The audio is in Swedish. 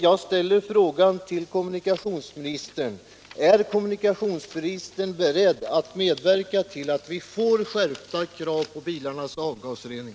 Jag ställer frågan till kommunikationsministern: Är kommunikationsministern beredd att medverka till att vi får skärpta krav på bilarnas avgasrening?